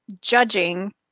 judging